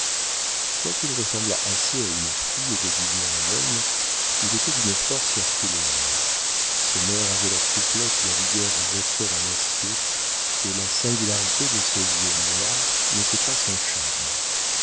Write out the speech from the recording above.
mère quoiqu'il ressemblât assez à une fille déguisée en homme il était d'une force herculéenne ses nerfs avaient la souplesse et la vigueur de ressorts en acier et la singularité de ses yeux noirs n'était pas sans charme